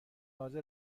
حاضر